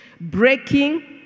breaking